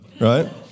right